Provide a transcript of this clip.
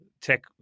tech